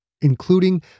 including